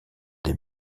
des